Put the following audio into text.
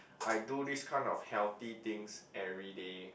I do these kind of healthy things everyday